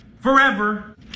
forever